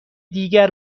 دیگر